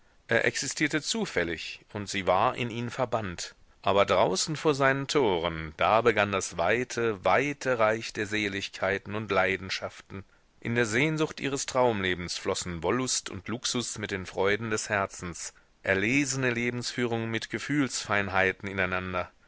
existierte zufällig und sie war in ihn verbannt aber draußen vor seinen toren da begann das weite weite reich der seligkeiten und leidenschaften in der sehnsucht ihres traumlebens flossen wollust und luxus mit den freuden des herzens erlesene lebensführung mit gefühlsfeinheiten ineinander